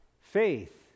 faith